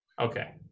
Okay